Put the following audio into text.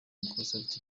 microsoft